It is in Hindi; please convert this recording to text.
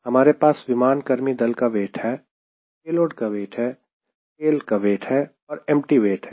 हमारे पास विमान कर्मी दल का वेट है पेलोड का वेट है तेल का वेट है और एम्पटी वेट है